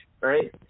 right